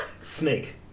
Snake